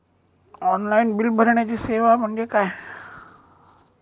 Online bill भरण्याची सेवा म्हणजे काय?